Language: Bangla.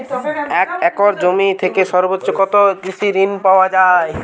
এক একর জমি থেকে সর্বোচ্চ কত কৃষিঋণ পাওয়া য়ায়?